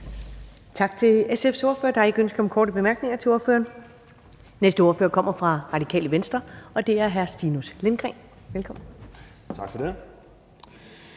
Tak til SF's ordfører. Der er ikke ønske om korte bemærkninger til ordføreren. Den næste ordfører kommer fra Radikale Venstre, og det er hr. Stinus Lindgreen. Velkommen. Kl.